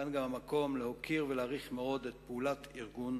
כאן גם המקום להוקיר ולהעריך מאוד את פעולת ארגון